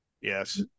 Yes